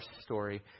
story